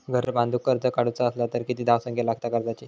घर बांधूक कर्ज काढूचा असला तर किती धावसंख्या लागता कर्जाची?